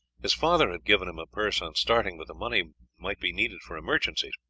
his father had given him a purse on starting, but the money might be needed for emergencies.